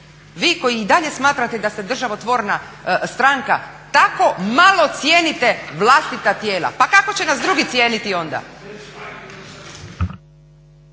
Vi koji i dalje smatrate da ste državno tvorna stranka tamo malo cijenite vlastita tijela, pa kako će nas drugi cijeniti onda?